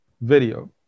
video